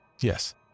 Yes